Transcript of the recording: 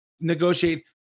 negotiate